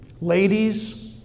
Ladies